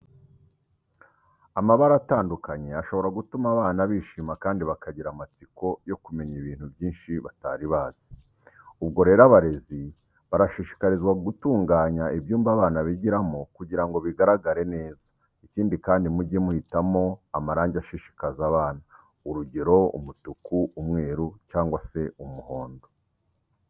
Amabara atandukanye ashobora gutuma abana bishima kandi bakagira amatsiko yo kumenya ibintu byinshi batari bazi. Ubwo rero abarezi barashishikarizwa gutunga ibyumba abana bigiramo kugira ngo bigaragare neza. Ikindi kandi, mujye muhitamo amarange ashishikaza abana. Urugero, umutuku, umweru cyangwa se umuhondo.